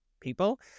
people